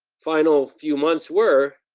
final few months were,